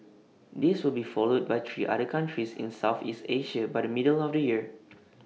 this will be followed by three other countries in Southeast Asia by the middle of the year